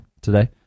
today